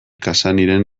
cassanyren